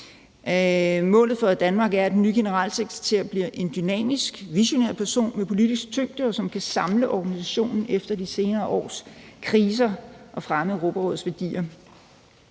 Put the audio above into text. Målet for Danmark er, at den nye generalsekretær bliver: »en dynamisk, visionær person med politisk tyngde, som kan samle organisationen efter de seneste års kriser og fremme Europarådets værdier«.